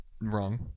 Wrong